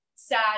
sad